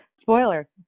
Spoiler